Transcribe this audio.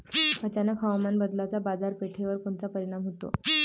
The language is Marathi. अचानक हवामान बदलाचा बाजारपेठेवर कोनचा परिणाम होतो?